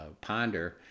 ponder